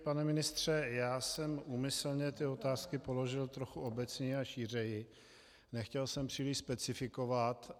Pane ministře, já jsem úmyslně ty otázky položil trochu obecněji a šířeji, nechtěl jsem příliš specifikovat.